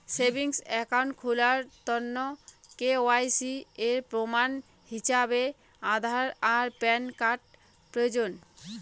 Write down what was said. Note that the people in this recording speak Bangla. সেভিংস অ্যাকাউন্ট খুলার তন্ন কে.ওয়াই.সি এর প্রমাণ হিছাবে আধার আর প্যান কার্ড প্রয়োজন